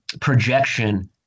projection